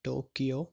Tokyo